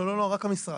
לא, רק המשרד.